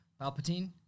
Palpatine